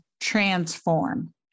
transform